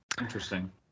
Interesting